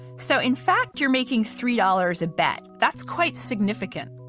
so in fact, you're making three dollars a bet. that's quite significant.